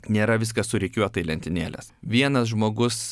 nėra viskas surikiuota į lentynėles vienas žmogus